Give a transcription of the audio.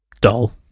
dull